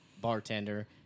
bartender